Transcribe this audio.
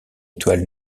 étoile